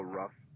rough